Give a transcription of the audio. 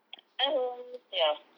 um ya